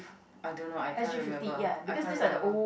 I don't know I can't remember I can't remember